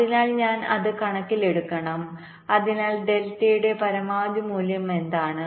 അതിനാൽ ഞാൻ അത് കണക്കിലെടുക്കണം അതിനാൽ ഡെൽറ്റയുടെ പരമാവധി മൂല്യം എന്താണ്